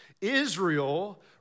Israel